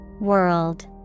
World